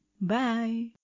Bye